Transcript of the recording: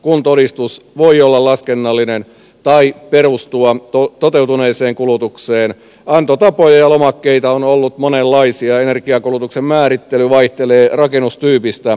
kun todistus voi olla laskennallinen tai perustua toteutuneeseen kulutukseen antotapoja ja lomakkeita on ollut monenlaisia ja energiakulutuksen määrittely vaihtelee rakennustyypistä riippuen